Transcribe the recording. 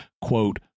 quote